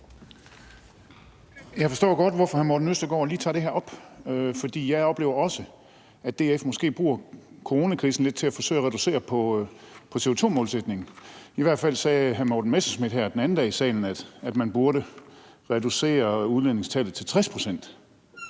Jeg forstår godt, hvorfor hr. Morten Østergaard lige tager det her op, for jeg oplever også, at DF måske bruger coronakrisen lidt til at forsøge at reducere på CO₂-målsætningen. I hvert fald sagde hr. Morten Messerschmidt her den anden dag i salen, at man burde reducere udledningstallet til 60 pct.